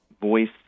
voice